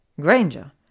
Granger